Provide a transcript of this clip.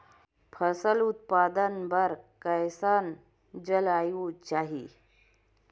फसल उत्पादन बर कैसन जलवायु चाही?